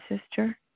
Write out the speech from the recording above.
sister